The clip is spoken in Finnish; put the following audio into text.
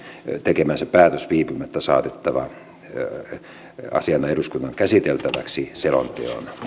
tekemänsä päätös viipymättä saatettava eduskunnan käsiteltäväksi selonteon muodossa